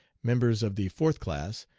members of the fourth class,